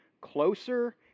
Closer